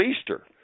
Easter